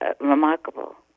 remarkable